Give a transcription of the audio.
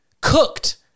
Cooked